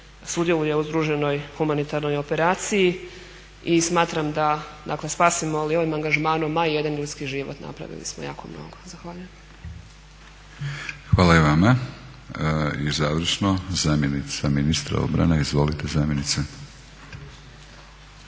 sudjeluje u združenoj humanitarnoj operaciji i smatram da spasimo li ovim angažmanom ma jedan ljudi život, napravili smo jako mnogo. Zahvaljujem. **Batinić, Milorad (HNS)** Hvala i vama. I završno zamjenica ministra obrane. Izvolite zamjenice.